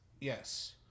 Yes